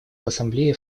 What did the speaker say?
ассамблее